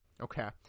Okay